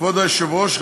כבוד היושב-ראש,